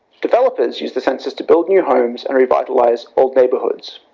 developers use the census to build new homes and revitalize old neighborhoods.